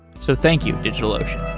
so, thank you, digitalocean.